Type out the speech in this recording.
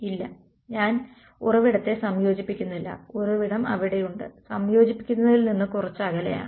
ഇല്ല ഞാൻ ഉറവിടത്തെ സംയോജിപ്പിക്കുന്നില്ല ഉറവിടം അവിടെയുണ്ട് സംയോജിപ്പിക്കുന്നതിൽ നിന്ന് കുറച്ച് അകലെയാണ്